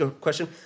question